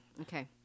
Okay